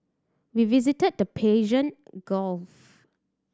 we visited the Persian Gulf